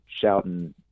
shouting